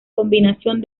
combinación